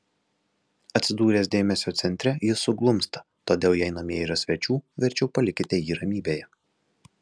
atsidūręs dėmesio centre jis suglumsta todėl jei namie yra svečių verčiau palikite jį ramybėje